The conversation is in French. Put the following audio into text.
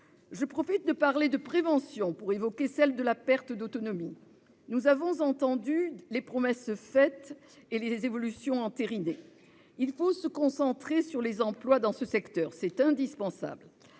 de l'occasion de parler de prévention pour évoquer celle de la perte d'autonomie. Nous avons entendu les promesses faites et les évolutions entérinées. Il faut se concentrer sur les emplois dans ce secteur : c'est indispensable.